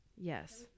Yes